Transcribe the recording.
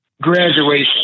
graduation